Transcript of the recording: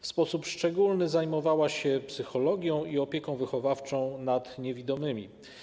W sposób szczególny zajmowała się psychologią i opieką wychowawczą nad niewidomymi.